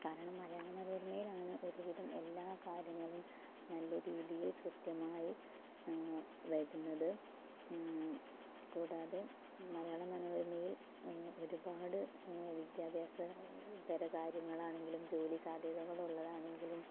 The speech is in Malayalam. കാരണം മലയാള മനോരമയിലാണ് ഒരുവിധം എല്ലാ കാര്യങ്ങളും നല്ല രീതിയിൽ കൃത്യമായി വരുന്നത് കൂടാതെ മലയാള മനോരമയിൽ ഒരുപാട് വിദ്യാഭ്യാസ തര കാര്യങ്ങളാണെങ്കിലും ജോലി സാധ്യതകളുള്ളതാണെങ്കിലും